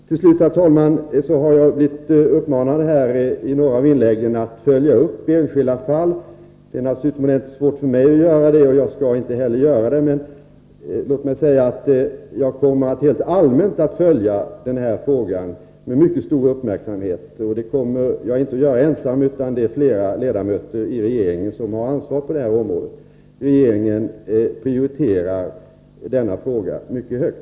Till slut, herr talman, har jag blivit uppmanad i några av inläggen att följa upp enskilda fall. Det är naturligtvis utomordentligt svårt för mig, och jag skall inte heller göra det. Men låt mig säga att jag rent allmänt kommer att följa denna fråga med mycket stor uppmärksamhet. Det kommer jag inte att göra ensam, utan flera ledamöter i regeringen har ansvar på det här området. Regeringen prioriterar denna fråga mycket högt.